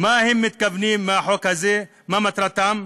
מה הם מתכוונים בחוק הזה, מה מטרתם?